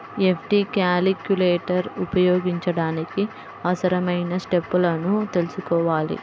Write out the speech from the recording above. FD calculator ఉపయోగించడానికి అవసరమైన స్టెప్పులను తెల్సుకోవాలి